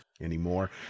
anymore